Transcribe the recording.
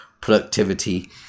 productivity